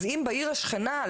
אז אם בעיר השכנה,